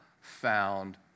found